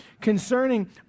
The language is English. concerning